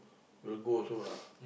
will go also lah